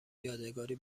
یادگاری